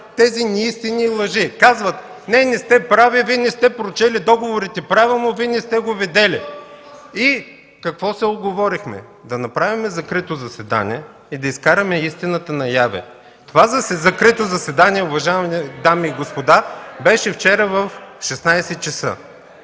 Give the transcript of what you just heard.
тези неистини и лъжи. Казваха: „Не, не сте прави! Вие не сте прочели договорите правилно. Вие не сте ги видели”. Какво се уговорихме? Да направим закрито заседание и да изкараме истината наяве. Това закрито заседание, уважаеми дами и господа, беше вчера в 16,00 ч.